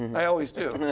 and i always do.